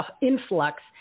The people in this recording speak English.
influx